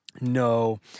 No